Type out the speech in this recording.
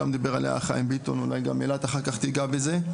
גם דיבר עליה השר חיים ביטון אולי גם אילת אחר כך תיגע בזה,